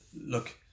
Look